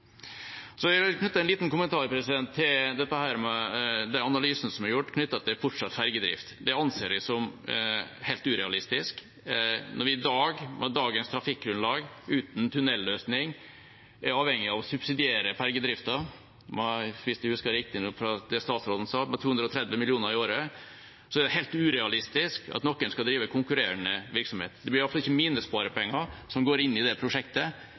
Jeg vil knytte en liten kommentar til analysen som er gjort knyttet til fortsatt fergedrift. Det anser jeg som helt urealistisk. Når vi i dag, med dagens trafikkgrunnlag, uten tunnelløsning, er avhengig av å subsidiere fergedriften – hvis jeg husker riktig ut fra det statsråden sa – med 230 mill. kr i året, er det helt urealistisk at noen skal drive konkurrerende virksomhet. Det blir i alle fall ikke mine sparepenger som går inn i det prosjektet.